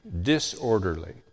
disorderly